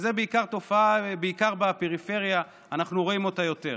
שזו תופעה שבעיקר בפריפריה אנחנו רואים אותה יותר.